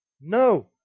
no